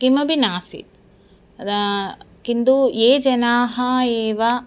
किमपि नासीत् अतः किन्तु ये जनाः एव